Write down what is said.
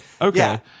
Okay